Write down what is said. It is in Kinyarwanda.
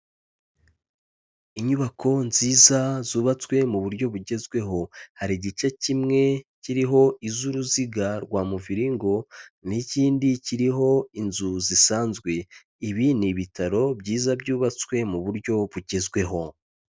Inyubako nziza zubatswe mu buryo bugezweho. Hari igice kimwe kiriho iz'uruziga rwa muviringo n'ikindi kiriho inzu zisanzwe. Ibi ni ibitaro byiza byubatswe mu buryo bugezweho.